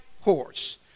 horse